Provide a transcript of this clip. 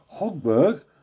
Hogberg